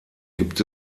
gibt